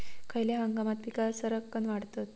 खयल्या हंगामात पीका सरक्कान वाढतत?